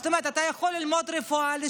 זאת אומרת, אתה יכול ללמוד רפואה, לשלם,